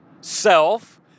self